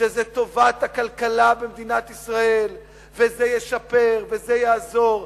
שזאת טובת הכלכלה במדינת ישראל ושזה ישפר וזה יעזור.